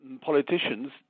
politicians